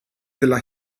della